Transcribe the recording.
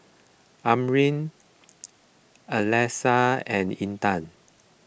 Amrin Alyssa and Intan